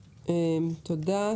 תודה.